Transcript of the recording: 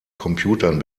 computern